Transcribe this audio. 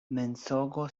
mensogo